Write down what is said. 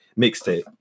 mixtape